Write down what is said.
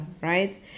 Right